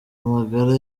amagara